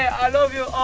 i love you